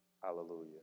Hallelujah